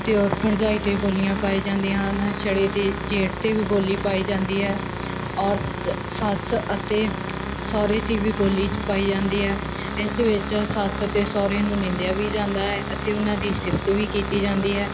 ਦਿਓਰ ਭਰਜਾਈ 'ਤੇ ਬੋਲੀਆਂ ਪਾਈ ਜਾਂਦੀਆਂ ਹਨ ਛੜੇ ਤੇ ਜੇਠ 'ਤੇ ਵੀ ਬੋਲੀ ਪਾਈ ਜਾਂਦੀ ਹੈ ਔਰ ਸੱਸ ਅਤੇ ਸਹੁਰੇ 'ਤੇ ਵੀ ਬੋਲੀ ਚ ਪਾਈ ਜਾਂਦੀ ਹੈ ਇਸ ਵਿੱਚ ਸੱਸ ਅਤੇ ਸਹੁਰੇ ਨੂੰ ਨਿੰਦਿਆ ਵੀ ਜਾਂਦਾ ਹੈ ਅਤੇ ਉਹਨਾਂ ਦੀ ਸਿਫਤ ਵੀ ਕੀਤੀ ਜਾਂਦੀ ਹੈ